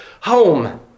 home